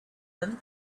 them